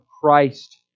Christ